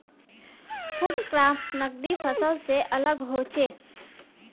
food crops नगदी फसल से अलग होचे